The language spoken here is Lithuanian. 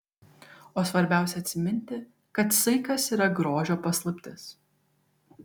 o svarbiausia atsiminti kad saikas yra grožio paslaptis